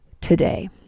Today